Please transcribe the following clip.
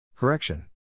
Correction